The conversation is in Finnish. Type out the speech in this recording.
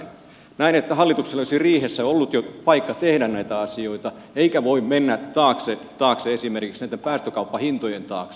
näen että hallituksella olisi riihessä ollut jo paikka tehdä näitä asioita eikä voi mennä esimerkiksi näitten päästökauppahintojen taakse